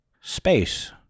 space